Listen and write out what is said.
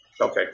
Okay